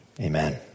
Amen